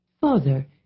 Father